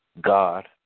God